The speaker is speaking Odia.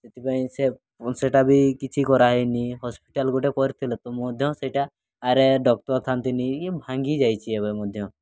ସେଥିପାଇଁ ସେ ସେଇଟା ବି କିଛି କରାହୋଇନି ହସ୍ପିଟାଲ୍ ଗୋଟେ କରିଥିଲେ ତ ମୁଁ ମଧ୍ୟ ସେଇଟା ତାହାରେ ଡକ୍ଟର୍ ଥାଆନ୍ତିନି ଇଏ ଭାଙ୍ଗି ଯାଇଛି ଏବେ ମଧ୍ୟ